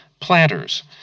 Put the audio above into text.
planters